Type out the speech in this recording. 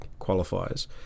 qualifiers